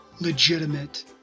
legitimate